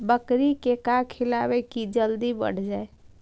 बकरी के का खिलैबै कि जल्दी बढ़ जाए?